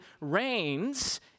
reigns